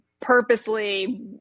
purposely